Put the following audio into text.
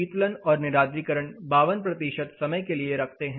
शीतलन और निरार्द्रीकरण 52 समय के लिए रखते हैं